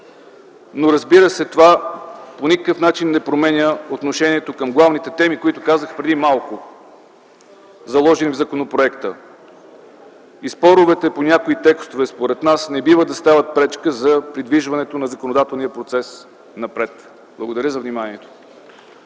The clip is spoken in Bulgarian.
го заявим. Това по никакъв начин не променя отношението към главните теми, които казах преди малко, заложени в законопроекта. Споровете по някои текстове според нас не бива да стават пречка за придвижването на законодателния процес напред. Благодаря за вниманието.